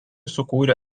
sukūrė